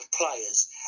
players